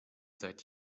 seit